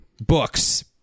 books